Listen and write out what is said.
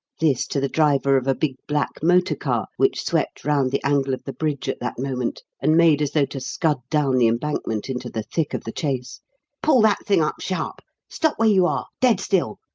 this to the driver of a big, black motor-car which swept round the angle of the bridge at that moment, and made as though to scud down the embankment into the thick of the chase pull that thing up sharp! stop where you are! dead still.